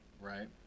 right